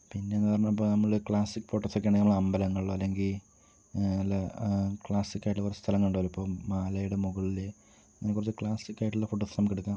പിന്നെന്ന് പറഞ്ഞാൽ ഇപ്പ നമ്മള് ക്ലാസിക് ഫോട്ടോസൊക്കെ ആണെങ്കിൽ നമ്മള് അമ്പലങ്ങളിലോ അല്ലെങ്കിൽ വല്ല ക്ലാസ്സിക്കായിട്ടുള്ള കുറച്ച് സ്ഥലങ്ങളുണ്ടാവല്ലോ ഇപ്പം മലേടെ മുകളില് അങ്ങനെ കുറച്ച് ക്ലാസ്സിക്കായിട്ടുള്ള ഫോട്ടോസ് നമ്മുക്കെടുക്കാം